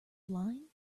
blind